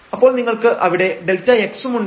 അപ്പോൾ നിങ്ങൾക്ക് അവിടെ Δx ഉം ഉണ്ട്